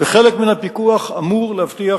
וחלק מהפיקוח אמור להבטיח